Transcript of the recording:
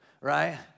right